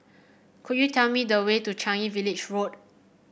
could you tell me the way to Changi Village Road